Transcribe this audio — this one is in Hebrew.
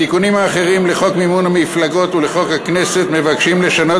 התיקונים האחרים לחוק מימון המפלגות ולחוק הכנסת מבקשים לשנות